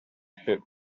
hit